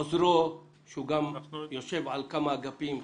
עוזרו שהוא גם יושב על כמה אגפים,